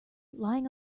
lying